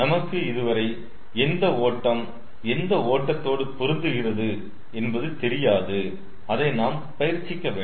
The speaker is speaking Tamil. நமக்கு இதுவரை எந்த ஓட்டம் எந்த ஓட்டத்தோடு பொருந்துகிறது என்பது தெரியாது அதை நாம் பயிற்சிக்க வேண்டும்